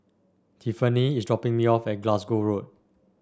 Tiffanie is dropping me off at Glasgow Road